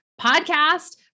podcast